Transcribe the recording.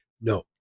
no